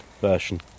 version